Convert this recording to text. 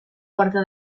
porta